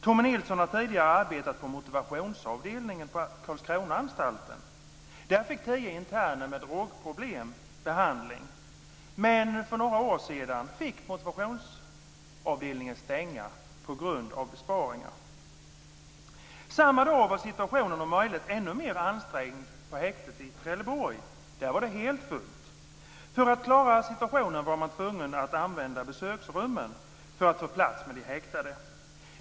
Tommy Nilsson har tidigare arbetat på motivationsavdelningen på Karlskronaanstalten. Där fick tio interner med drogproblem behandling. Men för några år sedan fick motivationsavdelningen stänga på grund av besparingar. Samma dag var situationen om möjligt ännu mer ansträngd på häktet i Trelleborg. Där var det helt fullt. För att klara situationen var man tvungen att använda besöksrummen för att få plats med de häktade.